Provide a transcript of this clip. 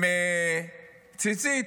עם ציצית.